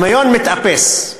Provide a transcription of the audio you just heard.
הדמיון מתאפס,